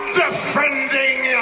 defending